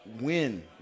win